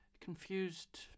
confused